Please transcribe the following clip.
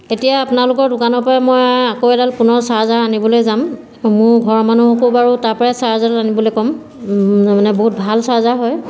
এতিয়া আপোনালোকৰ দোকানৰপৰা মই আকৌ এডাল পুনৰ চাৰ্জাৰ আনিবলৈ যাম মোৰ ঘৰৰ মানুহকো বাৰু তাৰপৰাই চাৰ্জাৰ আনিবলৈ ক'ম মানে বহুত ভাল চাৰ্জাৰ হয়